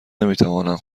نمیتوانند